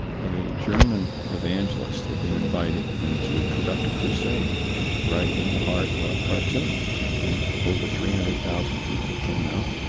a german evangelist had been invited in to conduct a crusade right in the heart of khartoum and over three hundred thousand people came out,